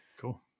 Cool